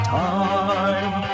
time